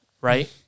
right